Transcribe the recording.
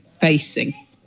facing